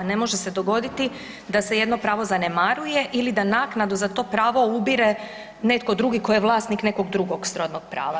Ne može se dogoditi da se jedno pravo zanemaruje ili da naknadu za to pravo ubire netko drugi tko je vlasnik nekog drugog srodnog prava.